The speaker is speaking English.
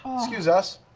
um excuse us.